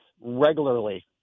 regularly